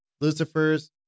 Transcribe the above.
Lucifer's